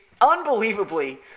unbelievably